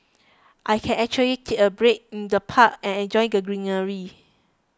I can actually take a break in the park and enjoy the greenery